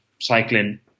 cycling